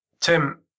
Tim